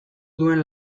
duen